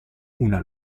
una